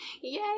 Yay